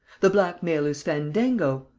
the blackmailer's fandango!